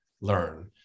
learn